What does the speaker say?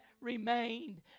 remained